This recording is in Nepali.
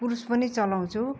क्रुस पनि चलाउँछु